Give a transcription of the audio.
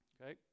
Okay